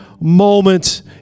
moment